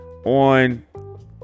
On